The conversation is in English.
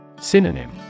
Synonym